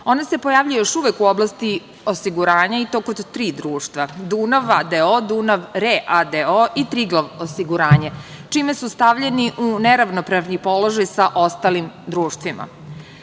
ona se pojavljuje još uvek u oblasti osiguranja i ti kod tri društva: Dunav a.d.o, Dunav RE a.d.o i Triglav osiguranje, čime su stavljenu u neravnopravni položaj sa ostalim društvima. Sektor